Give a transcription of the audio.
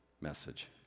message